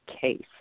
case